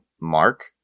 Mark